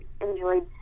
enjoyed